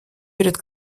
перед